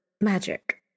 magic